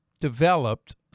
developed